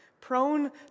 Prone